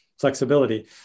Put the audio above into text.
flexibility